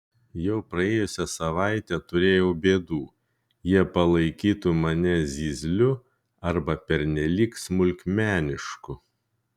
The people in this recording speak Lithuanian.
jau praėjusią savaitę turėjau bėdų jie palaikytų mane zyzliu arba pernelyg smulkmenišku